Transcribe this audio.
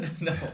No